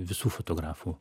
visų fotografų